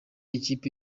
ikipe